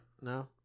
No